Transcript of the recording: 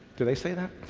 do they say that?